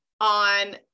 on